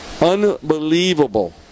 Unbelievable